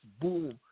boom